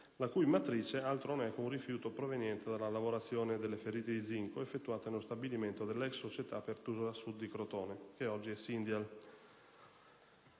(il cubilot) altro non è che un rifiuto proveniente dalla lavorazione delle ferriti di zinco, effettuata nello stabilimento della ex società "Pertusola sud" di Crotone, oggi "Syndial